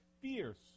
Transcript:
fierce